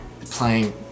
playing